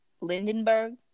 Lindenberg